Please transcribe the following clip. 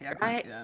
right